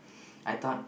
I thought